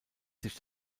sich